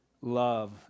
love